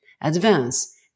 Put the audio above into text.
advance